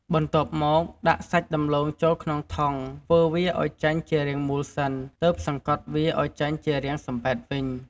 បន្ទាប់មកដាក់សាច់ដំឡូងចូលក្នុងថង់ ធ្វើវាឲ្យចេញជារាងមូលសិន ទើបសង្កត់វាឲ្យចេញជារាងសំប៉ែតវិញ។